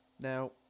Now